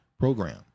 program